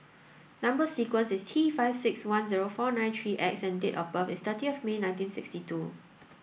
number sequence is T five six one zero four nine three X and date of birth is thirtieth May nineteen sixty two